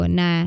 na